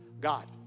God